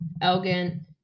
Elgin